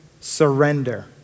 surrender